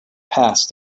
passed